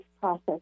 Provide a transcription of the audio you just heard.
process